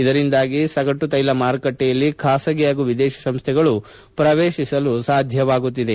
ಇದರಿಂದಾಗಿ ಸಗಟು ತೈಲ ಮಾರುಕಟ್ಲೆಯಲ್ಲಿ ಖಾಸಗಿ ಹಾಗೂ ವಿದೇತಿ ಸಂಸ್ಥೆಗಳು ಪ್ರವೇತಿಸಲು ಸಾಧ್ಯವಾಗುತ್ತಿದೆ